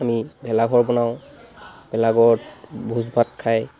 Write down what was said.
আমি ভেলাঘৰ বনাওঁ ভেলাঘৰত ভোজ ভাত খাই